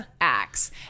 acts